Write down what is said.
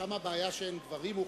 שם הבעיה היא שאין גברים מוכשרים.